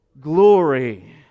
Glory